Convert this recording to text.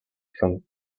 from